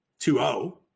2-0